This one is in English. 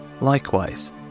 Likewise